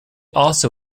also